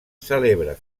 celebra